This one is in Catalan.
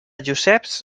joseps